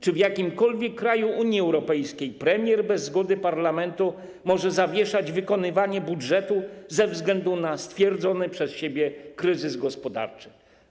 Czy w jakimkolwiek kraju Unii Europejskiej premier bez zgody parlamentu może zawieszać wykonywanie budżetu ze względu na stwierdzony przez siebie kryzys gospodarczy?